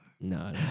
No